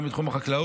גם בתחום החקלאות